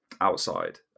outside